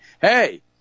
hey